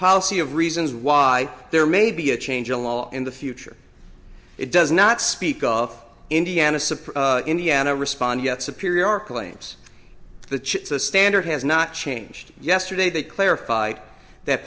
policy of reasons why there may be a change in law in the future it does not speak of indiana supreme indiana respond yet superior claims the chits a standard has not changed yesterday that clarified that